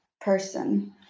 person